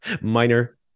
Minor